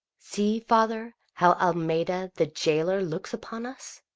see, father, how almeda the jailor looks upon us!